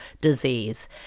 disease